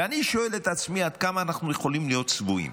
ואני שואל את עצמי עד כמה אנחנו יכולים להיות צבועים,